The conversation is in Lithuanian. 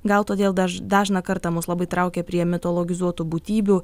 gal todėl daž dažną kartą mus labai traukia prie mitologizuotų būtybių